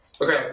Okay